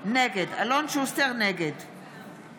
נגד קטי קטרין שטרית,